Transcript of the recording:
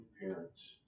parents